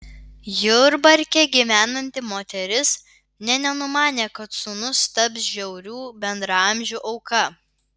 jurbarke gyvenanti moteris nė nenumanė kad sūnus taps žiaurių bendraamžių auka